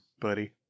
buddy